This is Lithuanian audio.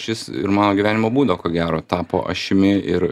šis ir mano gyvenimo būdo ko gero tapo ašimi ir